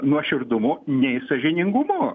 nuoširdumu nei sąžiningumu